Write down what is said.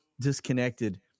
disconnected